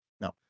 No